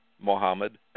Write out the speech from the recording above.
Mohammed